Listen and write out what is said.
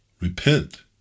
Repent